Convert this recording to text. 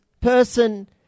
person